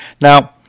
Now